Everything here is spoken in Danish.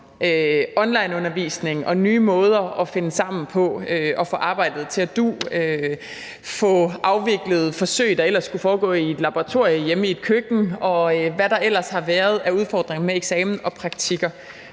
onlineundervisning og nye måder at finde sammen på og få arbejdet til at du, få afviklet forsøg, der ellers skulle foregå i et laboratorium, hjemme i et køkken, og hvad der ellers har været af udfordringer med eksamen og praktikker